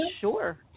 Sure